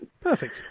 Perfect